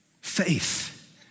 Faith